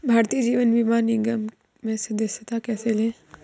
भारतीय जीवन बीमा निगम में सदस्यता कैसे लें?